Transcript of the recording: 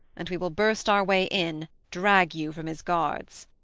and we will burst our way in, drag you from his guards.